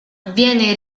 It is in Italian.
viene